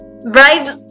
bride